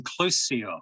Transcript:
inclusio